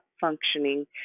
functioning